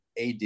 AD